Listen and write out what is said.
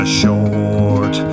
short